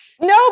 No